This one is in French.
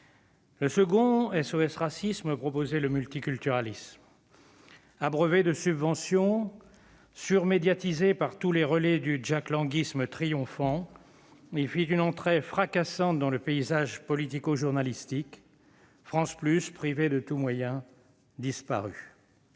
Le second, SOS Racisme, proposait le multiculturalisme. Abreuvé de subventions, surmédiatisé par tous les relais du « jacklanguisme » triomphant, il fit une entrée fracassante dans le paysage politico-journalistique. France Plus, privé de tous moyens, disparut.